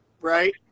right